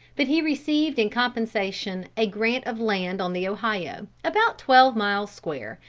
but he received in compensation a grant of land on the ohio, about twelve miles square,